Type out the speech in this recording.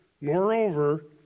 Moreover